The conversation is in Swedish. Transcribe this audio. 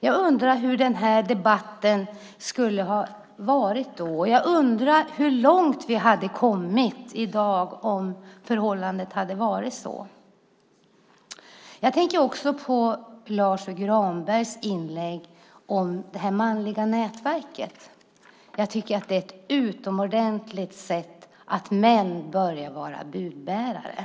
Jag undrar hur den här debatten då hade varit och hur långt vi i dag hade kommit om förhållandet var vad jag här talat om. Jag tänker också på Lars U Granbergs inlägg om det manliga nätverket. Det är, tycker jag, ett utomordentligt sätt att män börjar vara budbärare.